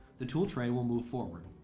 the tool tray will move forward.